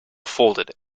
folded